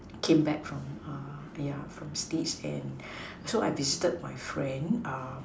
came back from uh ya from states and so I visited my friend uh